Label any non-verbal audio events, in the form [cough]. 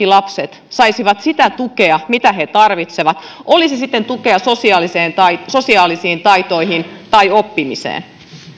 [unintelligible] lapset saisivat sitä tukea mitä he tarvitsevat oli se sitten tukea sosiaalisiin taitoihin tai oppimiseen